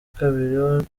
kabiri